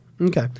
okay